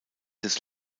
des